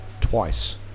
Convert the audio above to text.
Twice